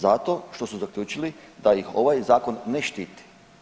Zato što su zaključili da ih ovaj zakon ne štiti.